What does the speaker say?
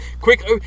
Quick